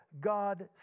God